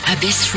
Abyss